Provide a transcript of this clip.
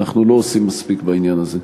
ואנחנו לא עושים מספיק בעניין הזה.